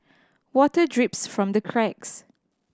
water drips from the cracks